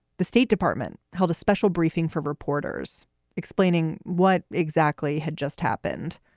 the state department held a special briefing for reporters explaining what exactly had just happened.